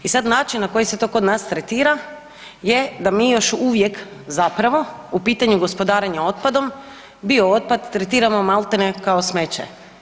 I sad način na koji se to kod nas tretira je da mi još uvijek zapravo u pitanju gospodarenja otpadom biootpad tretiramo malte ne kao smeće.